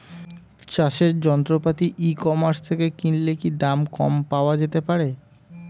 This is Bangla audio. চাষের যন্ত্রপাতি ই কমার্স থেকে কিনলে কি দাম কম পাওয়া যেতে পারে?